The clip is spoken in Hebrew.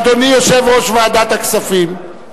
אדוני יושב-ראש ועדת הכספים,